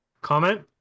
comment